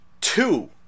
two